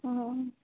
অঁ